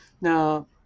Now